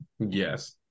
Yes